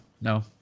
no